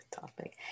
topic